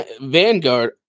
Vanguard